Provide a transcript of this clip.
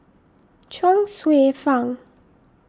Chuang Hsueh Fang